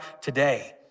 today